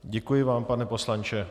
Děkuji vám, pane poslanče.